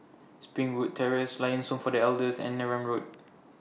Springwood Terrace Lions Home For The Elders and Neram Road